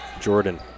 Jordan